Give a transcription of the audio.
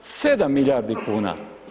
7 milijardi kuna.